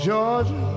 Georgia